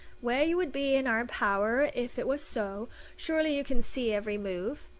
where you would be in our power if it was so surely you can see every move?